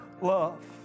love